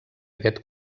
aquest